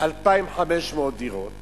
2,500 דירות